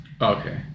Okay